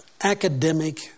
academic